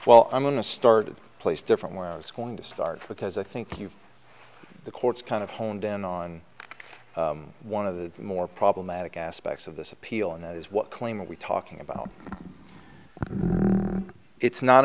well i'm going to start at the place different where i was going to start because i think you the courts kind of honed in on one of the more problematic aspects of this appeal and that is what claim are we talking about it's not